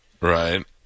right